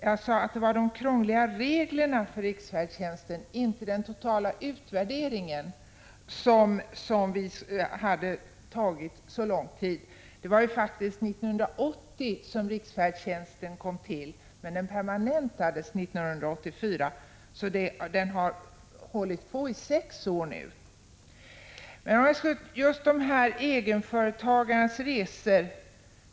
Jag sade att det var de krångliga reglerna för riksfärdtjänsten, inte den totala utvärderingen, som hade tagit så lång tid. Det var faktiskt 1980 som riksfärdtjänsten kom till, men den permanentades 1984. Denna verksamhet har alltså pågått i sex år.